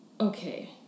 okay